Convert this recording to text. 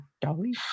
Dolly